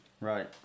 Right